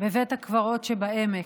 בבית הקברות שבעמק.